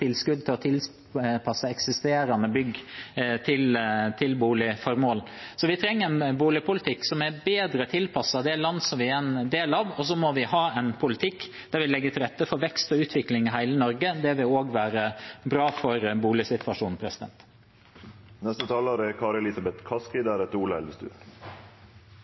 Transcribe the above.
å tilpasse eksisterende bygg til boligformål. Vi trenger en boligpolitikk som er bedre tilpasset det landet vi er en del av, og vi må ha en politikk der vi legger til rette for vekst og utvikling i hele Norge – det vil også være bra for boligsituasjonen.